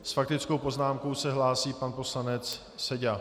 S faktickou poznámkou se hlásí pan poslanec Seďa.